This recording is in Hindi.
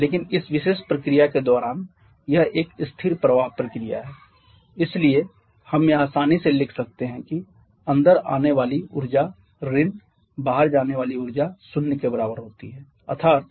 लेकिन इस विशेष प्रक्रिया के दौरान यह एक स्थिर प्रवाह प्रक्रिया है इसलिए हम यह आसानी से लिख सकते हैं कि अंदर आने वाली ऊर्जा ऋण बाहर जाने वाली ऊर्जा शून्य के बराबर होती है अर्थात